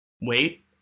Wait